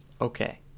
okay